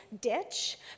ditch